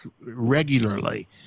regularly